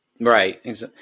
Right